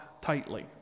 tightly